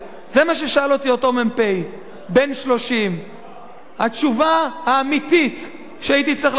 זה מה ששאל אותי אותו מ"פ בן 30. התשובה האמיתית שהייתי צריך לתת לו,